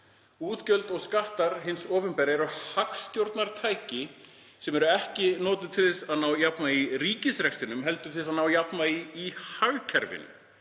Útgjöld og skattar hins opinbera eru hagstjórnartæki sem eru ekki notuð til að ná jafnvægi í ríkisrekstrinum heldur til að ná jafnvægi í hagkerfinu.